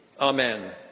Amen